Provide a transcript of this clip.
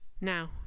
Now